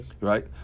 Right